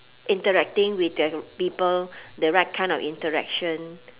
interacting with the people the right kind of interaction